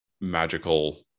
magical